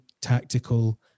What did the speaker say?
tactical